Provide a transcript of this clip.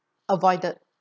avoided